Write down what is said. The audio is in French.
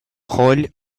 rôle